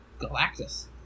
Galactus